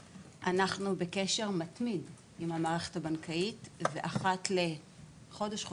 בקשר מתמיד עם המערכת הבנקאית ואחת לחודש או